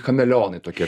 chameleonai tokie